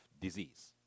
disease